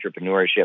entrepreneurship